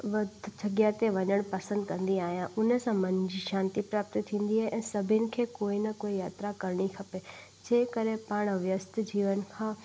वक़्तु जॻहि ते वञणु पसंदि कंदी आहियां उन सां मन जी शांती प्राप्त थींदी आहे ऐं सभिनि खे कोई न कोई यात्रा करिणी खपे जे करे पाण व्यस्त जीवन खां